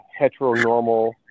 heteronormal